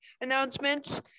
announcements